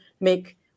make